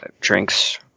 drinks